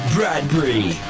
Bradbury